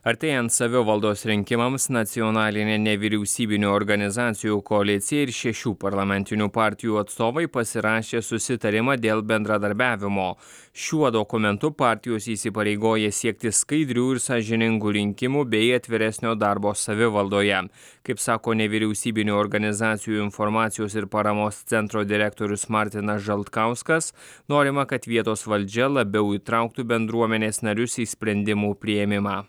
artėjant savivaldos rinkimams nacionalinė nevyriausybinių organizacijų koalicija ir šešių parlamentinių partijų atstovai pasirašė susitarimą dėl bendradarbiavimo šiuo dokumentu partijos įsipareigoja siekti skaidrių ir sąžiningų rinkimų bei atviresnio darbo savivaldoje kaip sako nevyriausybinių organizacijų informacijos ir paramos centro direktorius martinas žalkauskas norima kad vietos valdžia labiau įtrauktų bendruomenės narius į sprendimų priėmimą